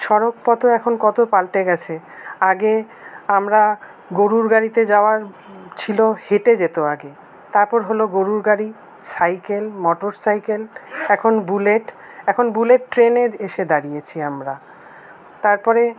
সড়ক পথও এখন কতো পাল্টে গেছে আগে আমরা গরুর গাড়িতে যাওয়ার ছিলো হেঁটে যেতো আগে তারপর হলো গরুর গাড়ি সাইকেল মটর সাইকেল এখন বুলেট এখন বুলেট ট্রেনের এসে দাঁড়িয়েছি আমরা তারপরে